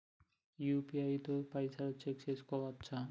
UPI తో పైసల్ check చేసుకోవచ్చా?